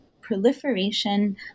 proliferation